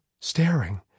staring